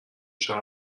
شهر